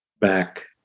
back